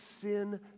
sin